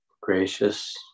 Gracious